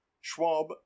Schwab